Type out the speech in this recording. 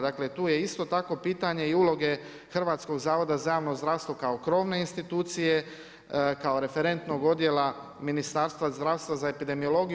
Dakle tu je isto tako pitanje i uloge Hrvatskog zavoda za javno zdravstvo kao krovne institucije, kao referentnog odjela Ministarstva zdravstva za epidemiologiju.